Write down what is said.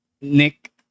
Nick